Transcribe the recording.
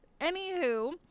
Anywho